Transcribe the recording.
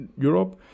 europe